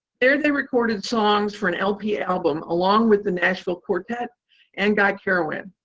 there, they recorded songs for an lp album along with the nashville quartet and guy carawan,